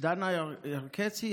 דנה ירקצי,